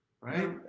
right